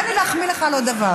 תן לי להחמיא לך על עוד דבר.